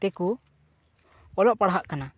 ᱛᱮᱠᱚ ᱚᱞᱚᱜ ᱯᱟᱲᱦᱟᱜ ᱠᱟᱱᱟ